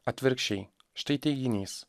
atvirkščiai štai teiginys